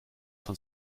von